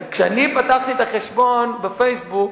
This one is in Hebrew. כשאני פתחתי את החשבון ב"פייסבוק",